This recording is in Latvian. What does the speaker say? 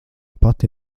pati